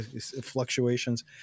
fluctuations